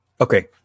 Okay